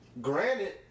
Granted